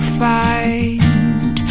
find